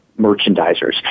merchandisers